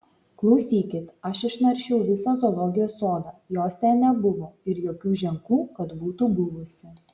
klausykit aš išnaršiau visą zoologijos sodą jos ten nebuvo ir jokių ženklų kad būtų buvusi